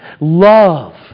Love